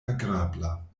agrabla